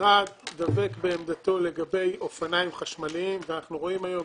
המשרד דבק בעמדתו לגבי אופניים חשמליים ואנחנו רואים היום